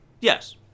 Yes